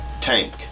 tank